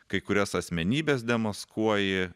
kai kurias asmenybes demaskuoji